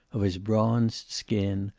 of his bronzed skin,